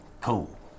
Cool